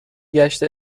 گشت